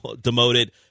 demoted